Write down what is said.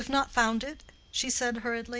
you have not found it? she said, hurriedly.